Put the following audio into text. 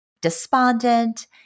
despondent